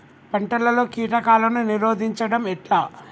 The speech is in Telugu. పంటలలో కీటకాలను నిరోధించడం ఎట్లా?